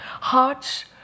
Hearts